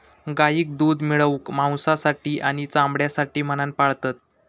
गाईक दूध मिळवूक, मांसासाठी आणि चामड्यासाठी म्हणान पाळतत